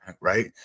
right